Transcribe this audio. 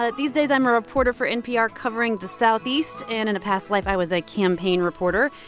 ah these days, i'm a reporter for npr covering the southeast. and in a past life, i was a campaign reporter.